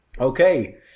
Okay